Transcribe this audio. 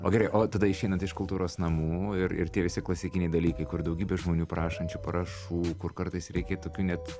o gerai o tada išeinat iš kultūros namų ir ir tie visi klasikiniai dalykai kur daugybė žmonių prašančių parašų kur kartais reikia tokių net